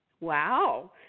wow